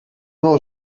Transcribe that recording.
mou